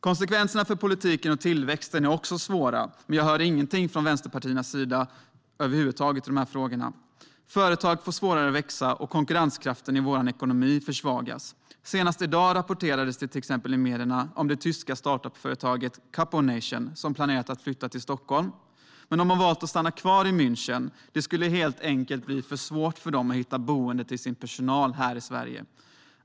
Konsekvenserna för politiken och tillväxten är också svåra, men jag hör över huvud taget inget från vänsterpartierna i dessa frågor. Företag får svårare att växa, och konkurrenskraften i vår ekonomi försvagas. Senast i dag rapporterar medierna om att det tyska startup-företaget Cuponation som planerat att flytta till Stockholm har valt att stanna kvar i München. Det skulle bli för svårt för dem att hitta boende till sin personal i Sverige.